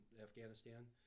Afghanistan